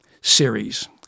series